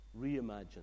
reimagine